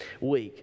week